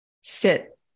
sit